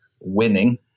winning